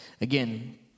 again